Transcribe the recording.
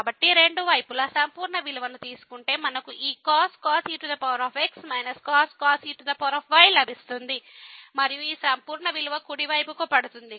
కాబట్టి రెండు వైపులా సంపూర్ణ విలువను తీసుకుంటే మనకు ఈ cos e x cos e yలభిస్తుంది మరియు ఈ సంపూర్ణ విలువ కుడి వైపుకు పడుతుంది